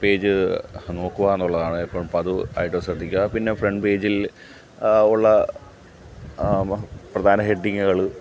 page നോക്കുക എന്നുള്ളതാണ് എപ്പോഴും പതിവ് ആയിട്ട് ശ്രദ്ധിക്കുക പിന്നെ ഫ്രണ്ട് പേജിൽ ഉള്ള പ്രധാന ഹെഡിങ്ങുകൾ